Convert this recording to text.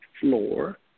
floor